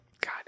God